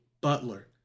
Butler